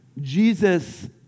Jesus